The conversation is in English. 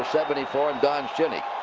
seventy four, and don shinnick.